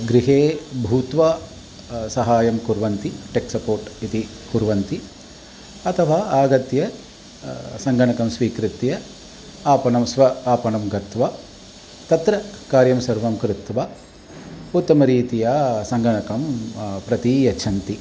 गृहे भूत्वा सहाय्यं कुर्वन्ति टेक् सपोर्ट् इति कुर्वन्ति अथवा आगत्य सङ्गणकं स्वीकृत्य आपणं स्व आपणं गत्वा तत्र कार्यं सर्वं कृत्वा उत्तमरीत्या सङ्गणकं प्रति यच्छन्ति